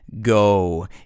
go